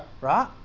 Right